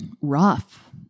rough